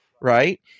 right